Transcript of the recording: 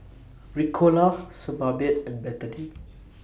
Ricola Sebamed and Betadine